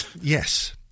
Yes